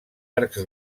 arcs